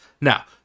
Now